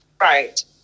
Right